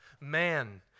Man